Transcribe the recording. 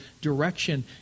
direction